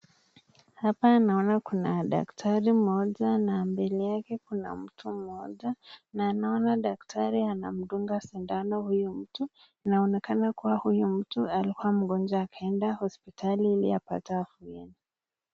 Hapa naona daktari mmoja na mbele yake kuna mtu mmoja na naona daktari anamdunga huyu mtu .Inaonekana huyu mtu alikuwa mgonjwa akaenda hospitali ili kupata afueni.